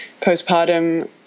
Postpartum